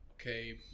Okay